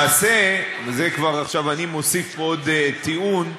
ולמעשה, את זה כבר אני מוסיף פה, עוד טיעון,